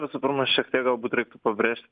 visų pirma šiek tiek galbūt reiktų pabrėžt